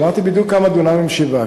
אמרתי לך בדיוק כמה דונמים שיווקנו.